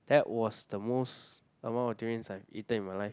that was the most amount of durians I've eaten in my life